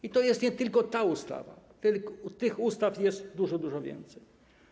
I to jest nie tylko ta ustawa, tych ustaw jest dużo, dużo więcej.